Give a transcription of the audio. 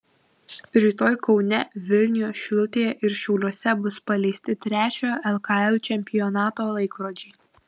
rytoj kaune vilniuje šilutėje ir šiauliuose bus paleisti trečiojo lkl čempionato laikrodžiai